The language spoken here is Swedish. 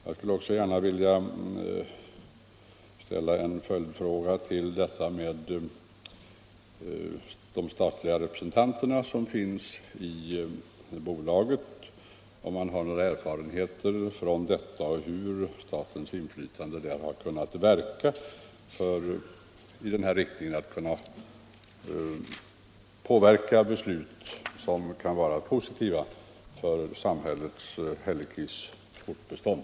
Jag skulle också gärna vilja ställa en följdfråga med anledning av uppgiften att det finns statliga representanter i bolagets styrelse: Har man fått några erfarenheter av detta och har statens inflytande kunnat verka i riktning mot beslut som kan vara positiva för samhället Hällekis fortbestånd?